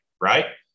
right